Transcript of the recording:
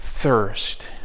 thirst